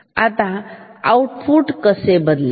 आता आउटपुट कसे बदलेल